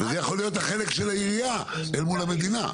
זה יכול להיות החלק של העירייה אל מול המדינה.